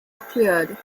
macleod